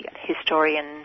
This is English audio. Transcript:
historian